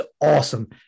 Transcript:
awesome